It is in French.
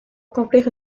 accomplir